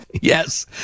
Yes